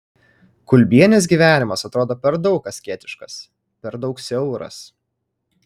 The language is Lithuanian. kulbienės gyvenimas atrodo per daug asketiškas per daug siauras